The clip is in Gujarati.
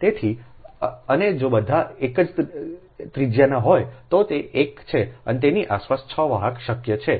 તેથી અને જો બધા એક જ ત્રિજ્યાના હોય તો તે એક છે અને તેની આસપાસ 6 વાહક શક્ય છે